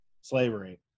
slavery